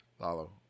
Lalo